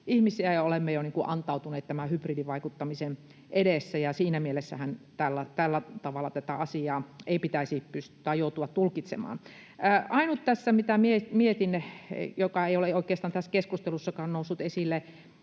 ja olemme jo antautuneet tämän hybridivaikuttamisen edessä. Siinähän mielessä tällä tavalla tätä asiaa ei pitäisi joutua tulkitsemaan. Ainut tässä, mitä mietin ja mikä ei ole oikeastaan tässä keskustelussakaan noussut esille,